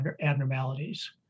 abnormalities